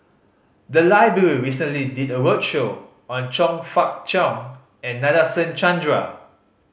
the library recently did a roadshow on Chong Fah Cheong and Nadasen Chandra